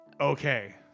Okay